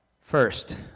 First